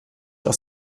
aus